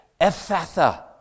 Ephatha